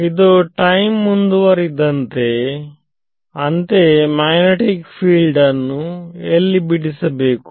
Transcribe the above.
ಇದು ಟೈಮ್ ಮುಂದುವರಿದಂತೆ ಅಂತೆಯೇ ಮ್ಯಾಗ್ನೆಟಿಕ್ ಫಿಲ್ಡನ್ ಎಲ್ಲಿ ಬಿಡಿಸಬೇಕು